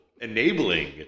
enabling